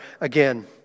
again